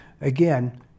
Again